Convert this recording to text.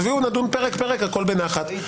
תביאו פרק-פרק, נדון בנחת.